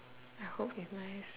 I hope it's nice